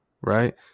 right